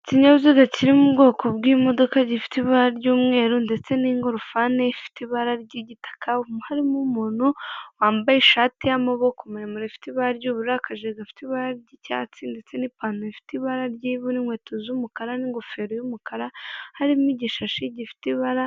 Ikinyabiziga kiri mu bwoko bw'imodoka gifite ibara ry'umweru ndetse n'ingorofani ifite ibara ry'igitaka hariMO umuntu wambaye ishati y'amaboko maremure ufite ibara ry'ubururu, akajire gafite ibara ry'icyatsi ndetse n'ipantaro bifite ibara ry'ivun'inkweto z'umukara n'ingofero y'umukara harimo igishashi gifite ibara